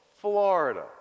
Florida